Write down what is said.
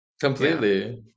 completely